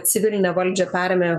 civilinę valdžią perėmė